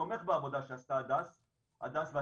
תומך בעבודה שעשתה הדס והצוות,